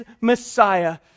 Messiah